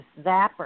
zapper